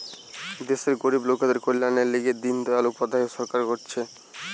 দেশের গরিব লোকদের কল্যাণের লিগে দিন দয়াল উপাধ্যায় সরকার করতিছে